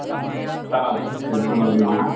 डिटेलमे बता रहल छी टेंशन नहि लिऽ अहाँ